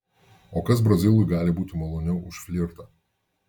o kas brazilui gali būti maloniau už flirtą